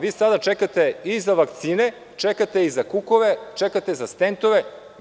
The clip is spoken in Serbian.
Vi sada čekate i za vakcine, čekate i za kukove, čekate za stentove.